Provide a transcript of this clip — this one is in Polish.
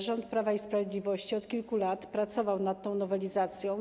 Rząd Prawa i Sprawiedliwości od kilku lat pracował nad tą nowelizacją.